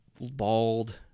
bald